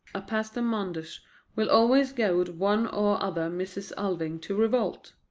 a pastor manders will always goad one or other mrs. alving to revolt.